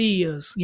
years